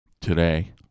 today